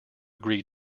agree